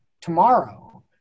tomorrow